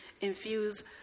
infuse